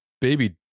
baby